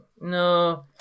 no